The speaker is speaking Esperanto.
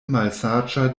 malsaĝa